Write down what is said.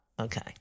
okay